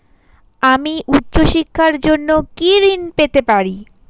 আমি উচ্চশিক্ষার জন্য কি ঋণ পেতে পারি?